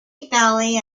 valley